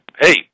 hey